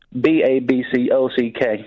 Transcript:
B-A-B-C-O-C-K